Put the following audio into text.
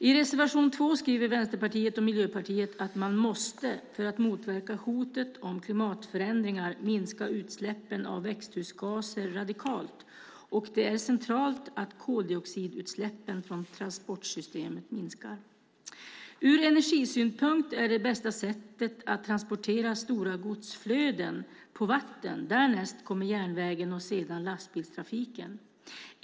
I reservation 2 skriver Vänsterpartiet och Miljöpartiet att man måste - för att motverka hotet om klimatförändringar - minska utsläppen av växthusgaser radikalt, och det är centralt att koldioxidutsläppen från transportsystemen minskar. Ur energisynpunkt är det bästa sättet att transportera stora godsflöden på vatten, därnäst kommer järnvägen och sedan lastbilstrafiken.